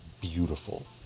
Beautiful